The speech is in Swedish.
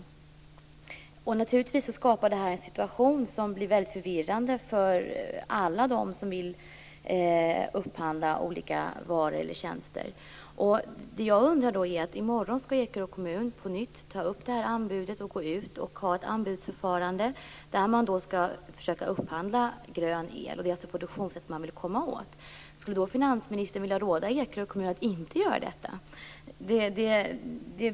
Detta skapar naturligtvis en situation som blir väldigt förvirrande för alla som vill upphandla olika varor eller tjänster. I morgon skall Ekerö kommun på nytt ta upp det här och gå ut med ett anbudsförfarande för att försöka upphandla grön el. Det är alltså produktionssättet man vill komma åt. Vad jag undrar är: Skulle finansministern vilja råda Ekerö kommun att inte göra detta?